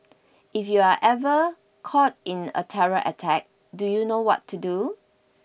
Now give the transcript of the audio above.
if you are ever caught in a terror attack do you know what to do